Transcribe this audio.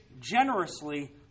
generously